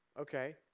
okay